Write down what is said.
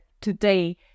today